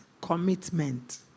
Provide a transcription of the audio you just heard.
commitment